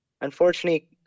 unfortunately